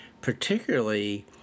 particularly